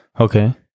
Okay